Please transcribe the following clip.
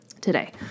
today